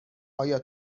آیا